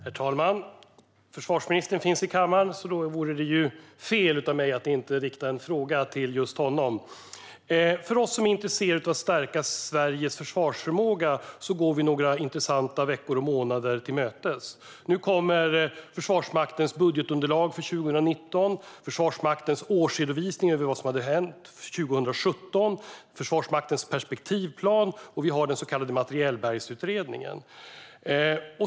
Herr talman! Försvarsministern finns i kammaren, så det vore fel av mig att inte rikta en fråga till honom. Vi som är intresserade av att stärka Sveriges försvarsförmåga går några intressanta veckor och månader till mötes. Nu kommer Försvarsmaktens budgetunderlag för 2019, Försvarsmaktens årsredovisning av vad som hände 2017, Försvarsmaktens perspektivplan och den så kallade materielbergsutredningen.